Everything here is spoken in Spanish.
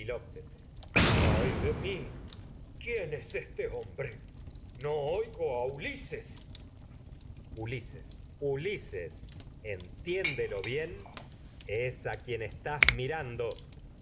ay de mi quién es este oigo a hombre no ulises ulises ulises mirando filoctetes entiéndelo bien es a quien estás